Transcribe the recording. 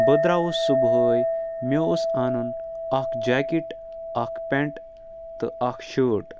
بہٕ درٛاوُس صُبحٲے مےٚ اوس اَنُن اَکھ جاکٮ۪ٹ اَکھ پٮ۪نٛٹ تہٕ اَکھ شٲٹ